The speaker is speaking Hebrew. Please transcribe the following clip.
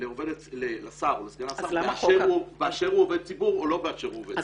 לשר או לסגן השר באשר הוא עובד ציבור או לא באשר הוא עובד ציבור.